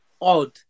odd